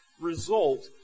result